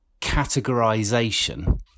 categorization